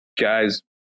guy's